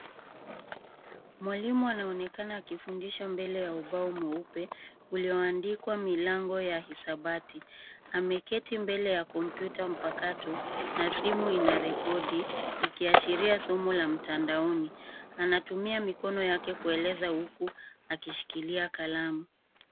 Mwalimu anaonekana akifundisha mbele ya ubao mweupe ulioandikwa milango ya hisabati. Ameketi mbele ya kompyuta mpakato na simu inarekodi ikiashiria somo la mtandaoni. Anatumia mikono yake kueleza huku akishikilia kalamu.